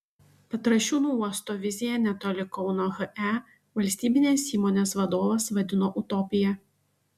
petrašiūnų uosto viziją netoli kauno he valstybinės įmonės vadovas vadino utopija